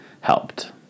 helped